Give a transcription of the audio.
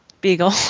Beagle